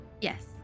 Yes